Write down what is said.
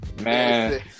Man